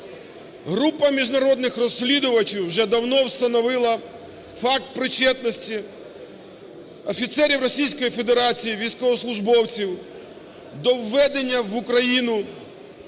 Група міжнародних розслідувачів вже давно встановила факт причетності офіцерів Російської Федерації, військовослужбовців до введення в Україну